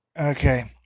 Okay